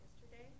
yesterday